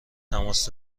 تماس